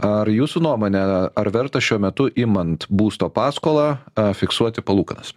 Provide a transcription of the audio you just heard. ar jūsų nuomone ar verta šiuo metu imant būsto paskolą a fiksuoti palūkanas